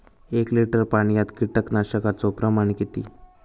एक लिटर पाणयात कीटकनाशकाचो प्रमाण किती?